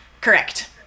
Correct